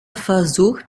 versucht